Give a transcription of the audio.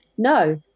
No